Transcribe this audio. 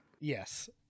Yes